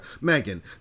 Megan